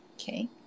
Okay